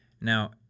Now